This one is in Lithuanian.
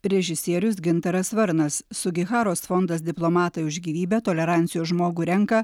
režisierius gintaras varnas sugiharos fondas diplomatai už gyvybę tolerancijos žmogų renka